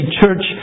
church